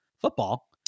football